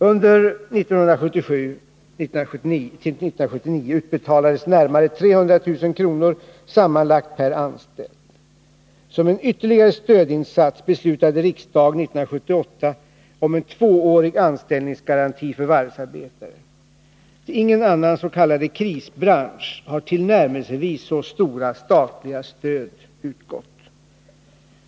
Under 1977-1979 utbetalades närmare 300 000 kr. sammanlagt per anställd. Som en ytterligare stödinsats beslutade riksdagen 1978 om en tvåårig anställningsgaranti för varvsarbetare. Till ingen annan s.k. krisbransch har tillnärmelsevis så stora statliga stöd utgått.